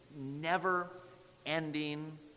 never-ending